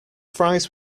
fries